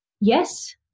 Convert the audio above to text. Yes